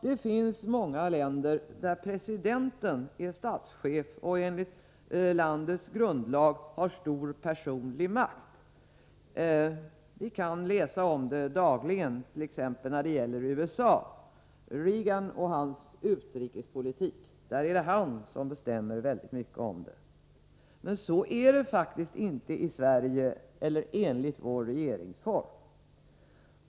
Det finns många länder där presidenten är statschef och enligt landets grundlag har stor personlig makt. Vi kan läsa om det dagligen, t.ex. när det gäller USA, president Reagan och hans utrikespolitik. I USA är det statschefen som bestämmer väldigt mycket av utrikespolitiken, men så är det faktiskt inte i Sverige eller enligt vår regeringsform.